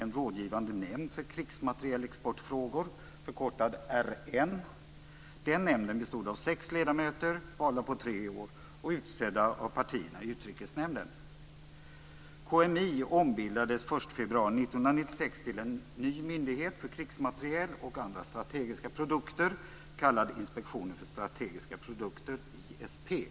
KMI ombildades den 1 februari 1996 till en ny myndighet för krigsmateriel och andra strategiska produkter, kallad Inspektionen för strategiska produkter - ISP.